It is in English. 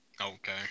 Okay